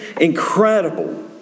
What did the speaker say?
incredible